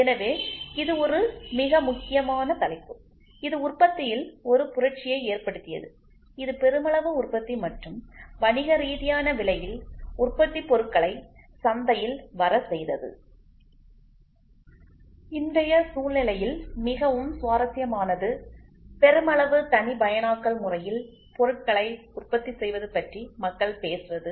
எனவே இது ஒரு மிக முக்கியமான தலைப்பு இது உற்பத்தியில் ஒரு புரட்சியை ஏற்படுத்தியது இது பெருமளவு உற்பத்தி மற்றும் வணிகரீதியான விலையில் உற்பத்தி பொருட்களை சந்தையில் வரச் செய்தது இன்றைய சூழ்நிலையில் மிகவும் சுவாரஸ்யமானது பெருமளவு தனிப்பயனாக்கல் முறையில் பொருட்களை உற்பத்தி செய்வது பற்றி மக்கள் பேசுவது